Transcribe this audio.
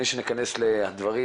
לפני שניכנס לדברים.